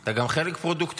אתה גם חלק פרודוקטיבי.